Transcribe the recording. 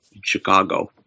Chicago